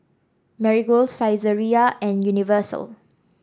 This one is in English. Marigold Saizeriya and Universal